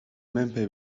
menpe